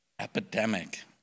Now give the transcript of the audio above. epidemic